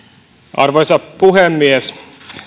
arvoisa puhemies